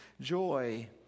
joy